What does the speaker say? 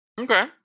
Okay